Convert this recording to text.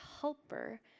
helper